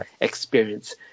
experience